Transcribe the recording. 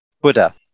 Buddha